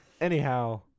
Anyhow